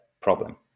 problem